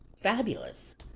fabulous